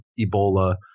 Ebola